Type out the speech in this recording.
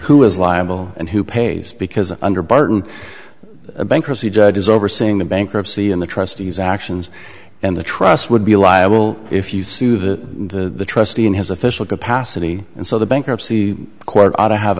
who is liable and who pays because under barton a bankruptcy judge is overseeing the bankruptcy and the trustees actions and the trust would be liable if you sue the trustee in his official capacity and so the bankruptcy court ought to have